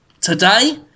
Today